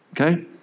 Okay